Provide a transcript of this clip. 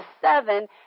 seven